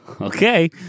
Okay